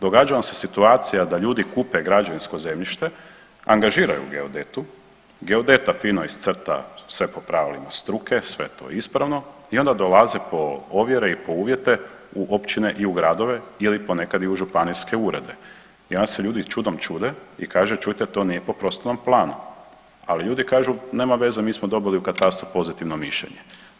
Događa vam se situacija da ljude kupe građevinsko zemljište, angažiraju geodetu, geodeta fino iscrta sve po pravilima struke, sve to ispravno i onda dolaze po ovjere i po uvjete u općine i u gradove ili ponekad i u županijske urede i onda se ljudi čudom čude i kaže čujte to nije po prostornom planu, ali ljudi kažu nema veze mi smo dobili u katastru pozitivno mišljenje.